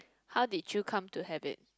how did you come to have it